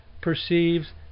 perceives